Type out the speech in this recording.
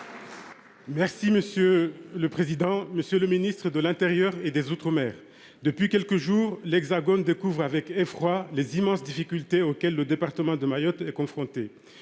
Merci monsieur le président, Monsieur le Ministre de l'Intérieur et des Outre-mer depuis quelques jours l'Hexagone découvre avec effroi les immenses difficultés auxquelles le département de Mayotte est confrontée,